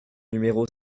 numéro